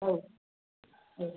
औ औ